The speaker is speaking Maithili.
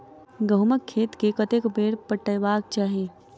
गहुंमक खेत केँ कतेक बेर पटेबाक चाहि?